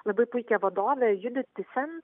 labai puikią vadovę judit tysen